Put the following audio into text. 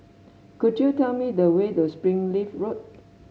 could you tell me the way to Springleaf Road